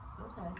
Okay